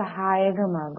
സഹായകമാകും